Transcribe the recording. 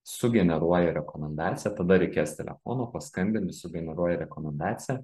sugeneruoji rekomendaciją tada reikės telefono paskambini sugeneruoji rekomendaciją